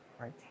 right